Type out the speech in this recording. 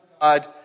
God